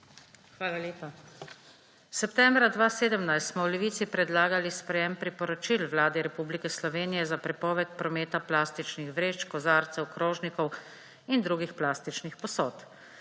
Hvala lepa. Septembra 2017 smo v Levici predlagali sprejem priporočil Vladi Republike Slovenije za prepoved prometa plastičnih vrečk, kozarcev, krožnikov in drugih plastičnih posod.